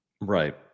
right